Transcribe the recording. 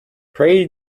pray